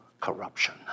corruption